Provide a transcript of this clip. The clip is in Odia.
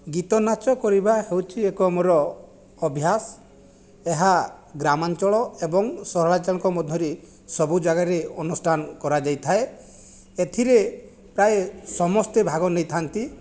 ଗୀତ ନାଚ କରିବା ହେଉଛି ଏକ ମୋର ଅଭ୍ୟାସ ଏହା ଗ୍ରାମାଞ୍ଚଳ ଏବଂ ସହରାଞ୍ଚଳଙ୍କ ମଧ୍ୟରେ ସବୁ ଜାଗାରେ ଅନୁଷ୍ଠାନ କରାଯାଇଥାଏ ଏଥିରେ ପ୍ରାଏ ସମସ୍ତେ ଭାଗ ନେଇଥାନ୍ତି